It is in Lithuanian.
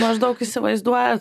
maždaug įsivaizduojat